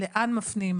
לאן מפנים,